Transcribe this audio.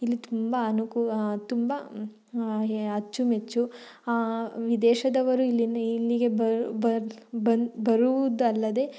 ಇಲ್ಲಿ ತುಂಬ ಅನುಕೂಲ ತುಂಬ ಅಚ್ಚುಮೆಚ್ಚು ಈ ದೇಶದವರು ಇಲ್ಲಿನ ಇಲ್ಲಿಗೆ ಬಂದು ಬರುವುದಲ್ಲದೇ